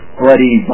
bloody